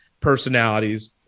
personalities